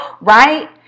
Right